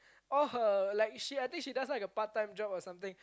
all her like she I think she does like a part time job or something